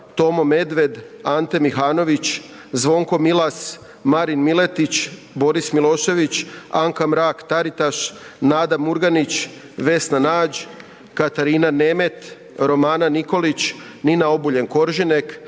Tomo Medved, Ante Mihanović, Zvonko Milas, Marin Miletić, Boris Milošević, Anka Mrak-Taritaš, Nad Murganić, Vesna Nađ, Katarina Nemet, Romana Nikolić, Nina Obuljen Koržinek,